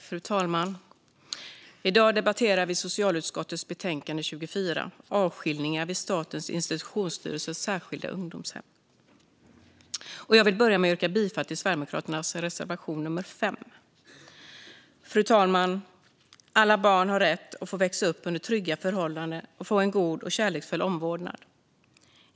Fru talman! Vi debatterar nu socialutskottets betänkande 24 Avskiljningar vid Statens institutionsstyrelses särskilda ungdomshem . Jag vill börja med att yrka bifall till Sverigedemokraternas reservation nummer 5. Fru talman! Alla barn har rätt att växa upp under trygga förhållanden och få en god och kärleksfull omvårdnad.